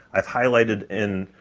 i've highlighted in,